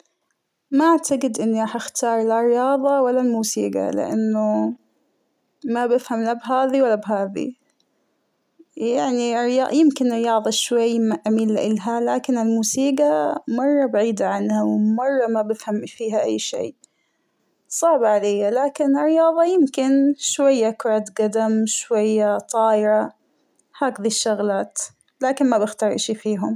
ما أعتقد إنى راح أختار لا الرياضة ولا الموسيقى ، لانه ما بفهم لا بهذى ولا بهذى ، يعنى يمكن الرياضة شوى أميل لإلها لكن الموسيقى مرة بعيدة عنها ، مرة ما بفهم فيها اى شى ، صعبة عليا لكن الرياضة يمكن شوية كرة قدم شوية طايرة هكدا الشغلات ، لكن ما بختار اشى فيهم.